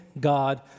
God